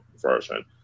version